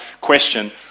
question